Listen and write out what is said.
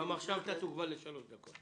גם עכשיו תוגבל לשלוש דקות.